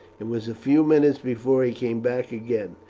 it was a few minutes before he came back again.